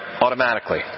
automatically